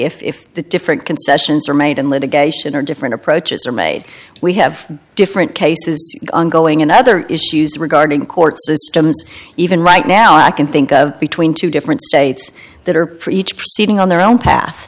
way if the different concessions are made in litigation or different approaches are made we have different cases ongoing and other issues regarding court systems even right now i can think of between two different states that are preach proceeding on their own path